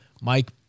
Mike